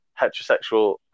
heterosexual